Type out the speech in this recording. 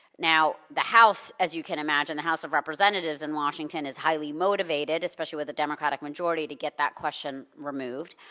now, the house, as you can imagine, the house of representatives in washington is highly motivated, especially with the democratic majority, to get that question removed.